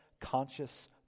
conscious